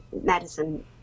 medicine